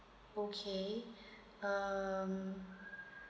okay um